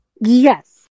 Yes